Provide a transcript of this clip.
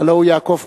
הלוא הוא יעקב כץ.